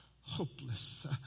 hopeless